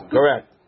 Correct